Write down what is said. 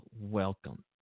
welcome